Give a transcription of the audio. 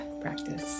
practice